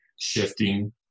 shifting